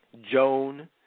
Joan